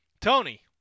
Tony